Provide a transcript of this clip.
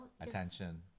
attention